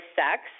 sex